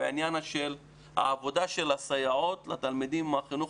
העניין של עבודת הסייעות לתלמידים של החינוך